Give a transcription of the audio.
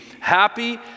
happy